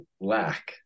lack